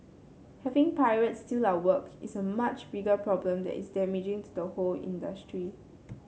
having pirates steal our work is a much bigger problem that is damaging to the whole industry